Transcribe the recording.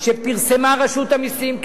שפרסמה רשות המסים,